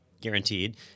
guaranteed